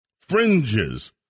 fringes